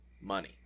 Money